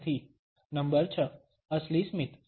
number 6 અસલી સ્મિત